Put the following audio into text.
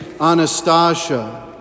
Anastasia